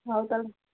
ହଉ ତାହଲେ